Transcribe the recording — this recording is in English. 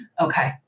Okay